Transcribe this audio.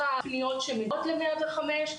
לא רק פנויות שמגיעות ל-105,